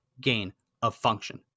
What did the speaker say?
gain-of-function